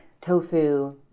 tofu